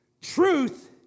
Truth